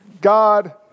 God